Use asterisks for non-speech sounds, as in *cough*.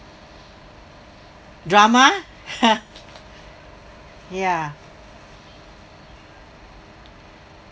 drama *laughs* ya